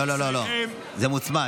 לא לא לא, זה מוצמד.